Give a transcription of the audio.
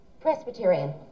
Presbyterian